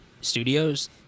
Studios